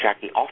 Jackie